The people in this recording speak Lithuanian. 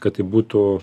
kad tai būtų